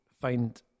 find